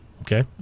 Okay